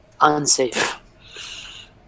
unsafe